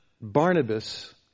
Barnabas